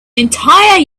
entire